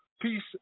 Peace